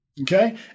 Okay